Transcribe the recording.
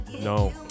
No